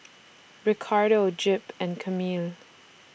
Ricardo Jep and Camille